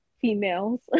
females